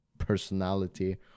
personality